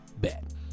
Bet